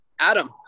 Adam